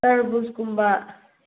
ꯇꯥꯔꯕꯨꯁꯀꯨꯝꯕ